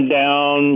down